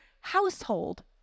household